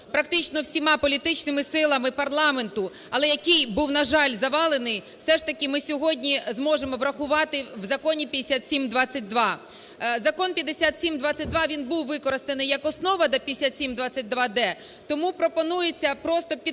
практично всіма політичними силами парламенту, але який, на жаль, був завалений, все ж таки ми сьогодні зможемо врахувати в Законі 5722. Закон 5722, він був використаний як основа до 5722-д, тому пропонується просто підтримати